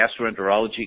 gastroenterology